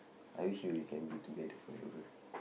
I wish we can be together forever